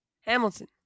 Hamilton